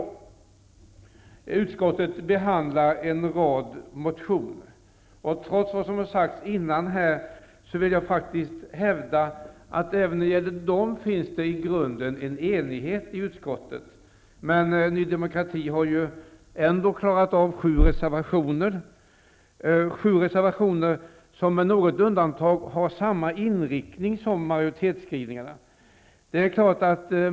Utskottet behandlar en rad motioner. Trots vad som har sagts innan vill jag hävda att det i grunden har varit enighet i utskottet när det gäller behandlingen av motionerna. Men Ny demokrati har ändå klarat av att avge sju reservationer, som med något undantag har samma inriktning som majoritetsskrivningen.